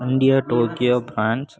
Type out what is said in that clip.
India Tokyo France